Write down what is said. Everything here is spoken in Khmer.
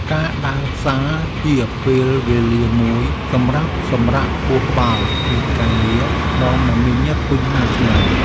ការដើរផ្សារជាពេលវេលាមួយសម្រាប់សម្រាកខួរក្បាលពីការងារដ៏មមាញឹកពេញមួយថ្ងៃ។